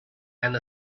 and